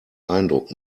eindruck